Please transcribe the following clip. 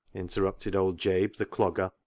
interrupted old jabe the dogger,